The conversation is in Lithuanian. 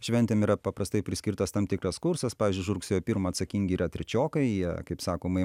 šventėm yra paprastai priskirtas tam tikras kursas pavyzdžiui už rugsėjo pirmą atsakingi yra trečiokai jie kaip sakoma